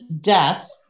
death